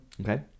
Okay